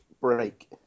break